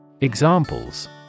Examples